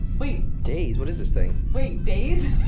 wait days. what is this thing wait days?